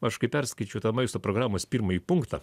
aš kai perskaičiau tą maisto programos pirmąjį punktą